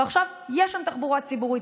ועכשיו יש שם תחבורה ציבורית.